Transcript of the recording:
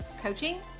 coaching